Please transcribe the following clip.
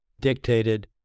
dictated